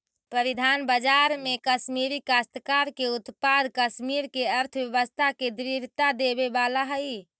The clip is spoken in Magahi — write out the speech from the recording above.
परिधान बाजार में कश्मीरी काश्तकार के उत्पाद कश्मीर के अर्थव्यवस्था के दृढ़ता देवे वाला हई